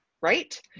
right